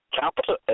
capital